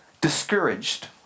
discouraged